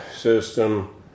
system